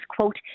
quote